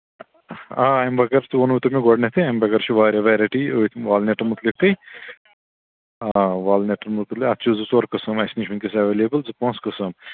آ اَمہِ بغٲر تہِ ووٚنمو مےٚ تۄہہِ گۄڈٕنٮ۪تھٕے اَمہِ بغٲر چھِ واریاہ وٮ۪رایٹی أتھۍ والنٮ۪ٹ مُتعلِقٕے آ والنٮ۪ٹ مُتعلہِ اَتھ چھِ زٕ ژور قٕسٕم اَسہِ نِش وٕنۍکٮ۪س اٮ۪ویلیبٕل زٕ پانٛژھ قٕسٕم